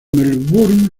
melbourne